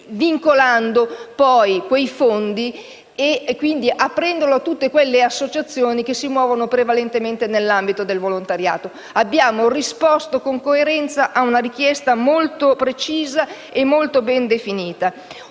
vincolati quei fondi aprendo a tutte quelle associazioni che si muovono prevalentemente nell'ambito del volontariato. Abbiamo risposto con coerenza ad una richiesta molto precisa e molto ben definita.